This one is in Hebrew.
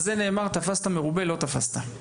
על זה נאמר, תפסת מרובה לא תפסת.